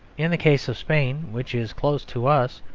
in the case of spain, which is close to us,